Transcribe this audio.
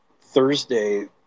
Thursday